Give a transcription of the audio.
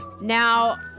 Now